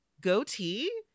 goatee